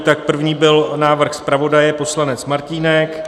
Tak první byl návrh zpravodaje pan poslanec Martínek.